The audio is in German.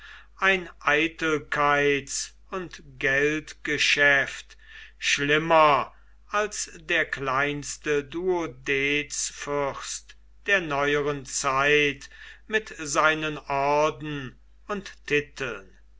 ein eitelkeits und geldgeschäft schlimmer als der kleinste duodezfürst der neueren zeit mit seinen orden und titeln